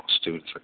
students